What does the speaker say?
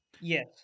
yes